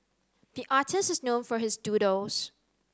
the artist is known for his doodles